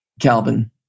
Calvin